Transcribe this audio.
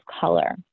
color